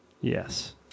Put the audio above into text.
Yes